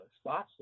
spots